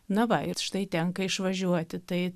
na va ir štai tenka išvažiuoti tai